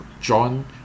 John